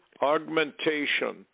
Augmentation